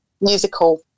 musical